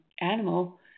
animal